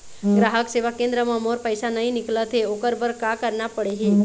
ग्राहक सेवा केंद्र म मोर पैसा नई निकलत हे, ओकर बर का करना पढ़हि?